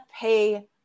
pay